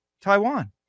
taiwan